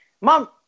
mom